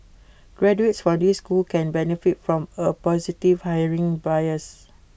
graduates from these schools can benefit from A positive hiring bias